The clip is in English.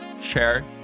share